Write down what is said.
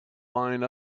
line